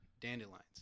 Dandelions